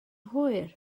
hwyr